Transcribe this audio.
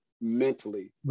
mentally